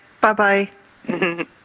bye-bye